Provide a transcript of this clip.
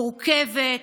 מורכבת,